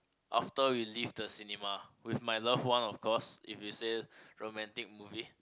after we leave the cinema with my love one of course if you say romantic movie